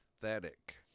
pathetic